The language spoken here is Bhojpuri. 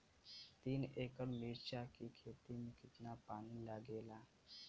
तीन एकड़ मिर्च की खेती में कितना पानी लागेला?